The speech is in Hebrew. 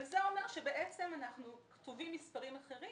זה אומר שבעצם אנחנו קובעים מספרים אחרים